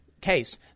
case